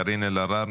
קארין אלהרר,